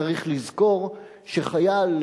צריך לזכור שחייל,